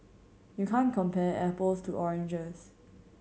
you can't compare apples to oranges